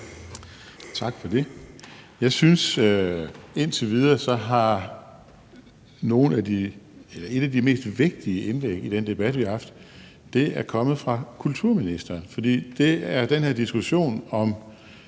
Tak for det. Jeg synes, at indtil videre er et af vigtigste indlæg i den debat, vi har haft, kommet fra kulturministeren, og det er den her diskussion om,